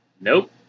Nope